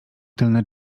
tylne